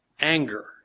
anger